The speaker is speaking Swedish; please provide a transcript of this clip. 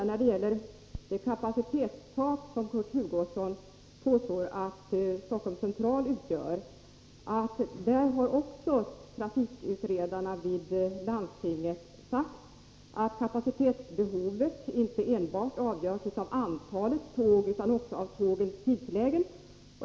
När det gäller det kapacitetstak som Kurt Hugosson påstår att Stockholms central sätter skulle jag vilja säga att trafikutredarna vid landstinget också har sagt att kapacitetsbehovet inte enbart avgörs av antalet tåg utan också av tågens tidslägen.